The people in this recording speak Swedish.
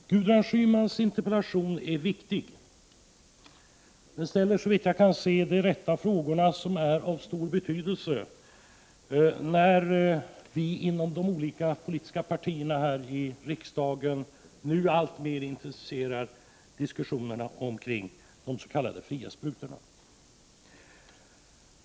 Herr talman! Gudrun Schymans interpellation är viktig. Den ställer så vitt jag kan se de rätta frågorna, som är av stor betydelse när vi inom de olika politiska partierna här i riksdagen nu alltmer intresserar oss för diskussionerna omkring de s.k. fria sprutorna.